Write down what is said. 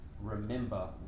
remember